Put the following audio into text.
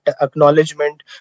acknowledgement